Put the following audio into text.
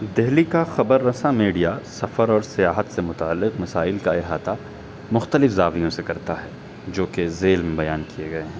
دہلی کا خبر رساں میڈیا سفر اور سیاحت سے متعلق مسائل کا احاطہ مختلف زاویوں سے کرتا ہے جو کہ ذیل میں بیان کیے گئے ہیں